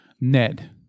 Ned